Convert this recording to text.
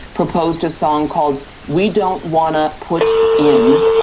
proposed a song called we don't wanna put in,